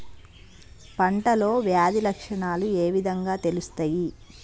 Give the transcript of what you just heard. పంటలో వ్యాధి లక్షణాలు ఏ విధంగా తెలుస్తయి?